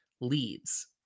leads